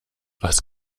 was